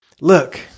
Look